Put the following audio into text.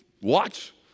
watch